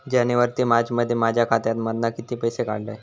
जानेवारी ते मार्चमध्ये माझ्या खात्यामधना किती पैसे काढलय?